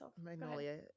Magnolia